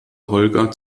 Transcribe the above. holger